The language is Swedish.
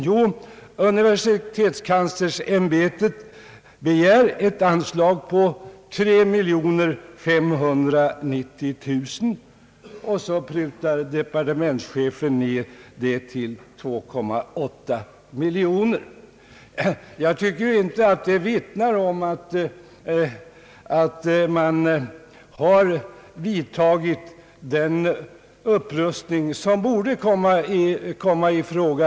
Jo, universitetskanslersämbetet begär ett anslag av 3590 000 kronor, och departementschefen prutar ner det till 2,8 miljoner kronor. Jag tycker inte att det vittnar om att han har vidtagit den upprustning som borde ske.